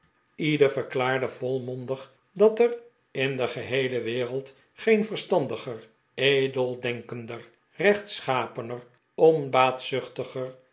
ieder verklaarde volmondig dat er in de geheele wereld geen verstandiger edeldenkender rechtschapener